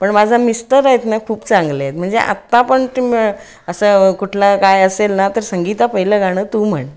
पण माझा मिस्तर आहेत ना खूप चांगले आहेत म्हणजे आत्ता पण ती असं कुठला काय असेल ना तर संगीता पहिलं गाणं तू म्हण